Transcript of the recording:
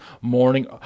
morning